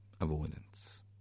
avoidance